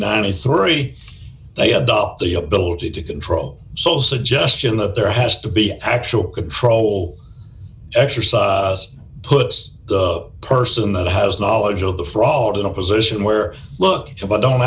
ninety three they adopt the ability to control so suggestion that there has to be actual control exercise puts the person that has knowledge of the fraud in a position where look it up i don't